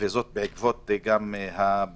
וזאת גם בעקבות הבג"ץ